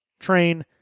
train